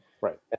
Right